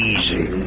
Easy